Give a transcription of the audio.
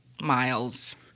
Miles